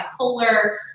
bipolar